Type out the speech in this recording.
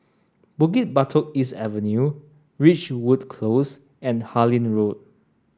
Bukit Batok East Avenue Ridgewood Close and Harlyn Road